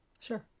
Sure